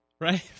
right